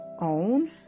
own